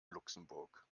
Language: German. luxemburg